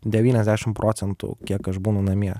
devyniasdešim procentų kiek aš būnu namie